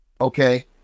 Okay